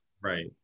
Right